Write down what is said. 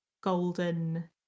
golden